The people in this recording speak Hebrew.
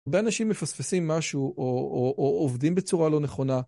הרבה אנשים מפספסים משהו או עובדים בצורה לא נכונה.